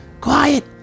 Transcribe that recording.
quiet